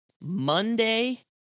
Monday